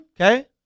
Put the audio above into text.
Okay